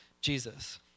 Jesus